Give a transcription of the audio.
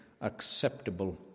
acceptable